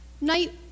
Night